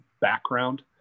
background